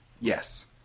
Yes